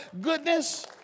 goodness